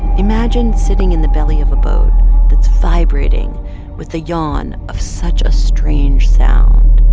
imagine sitting in the belly of a boat that's vibrating with the yawn of such a strange sound.